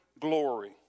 glory